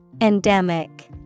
Endemic